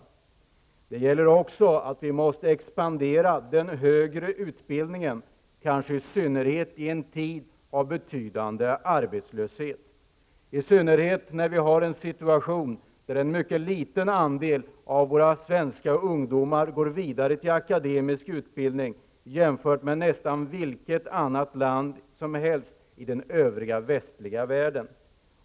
Vidare gäller det att expandera den högre utbildningen, kanske speciellt i en tid av betydande arbetslöshet och i synnerhet i en situation där en mycket liten andel svenska ungdomar går vidare till akademisk utbildning, jämfört med nästan vilket annat land som helst i den övriga västliga världen.